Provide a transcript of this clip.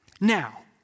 Now